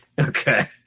Okay